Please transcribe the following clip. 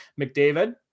McDavid